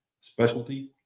specialty